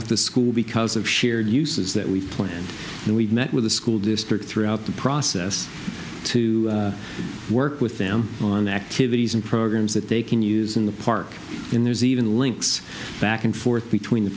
with the school because of shared uses that we planned and we've met with the school district throughout the process to work with them on activities and programs that they can use in the park in there's even links back and forth between the